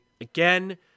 again